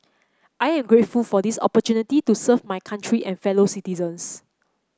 I am grateful for this opportunity to serve my country and fellow citizens